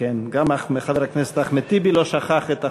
גם חבר הכנסת אחמד טיבי לא שכח את החוק,